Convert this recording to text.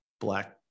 Black